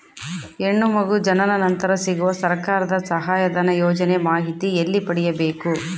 ಹೆಣ್ಣು ಮಗು ಜನನ ನಂತರ ಸಿಗುವ ಸರ್ಕಾರದ ಸಹಾಯಧನ ಯೋಜನೆ ಮಾಹಿತಿ ಎಲ್ಲಿ ಪಡೆಯಬೇಕು?